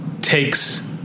takes